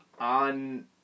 on